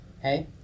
Hey